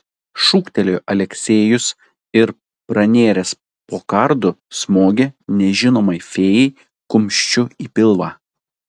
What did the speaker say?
šūktelėjo aleksejus ir pranėręs po kardu smogė nežinomai fėjai kumščiu į pilvą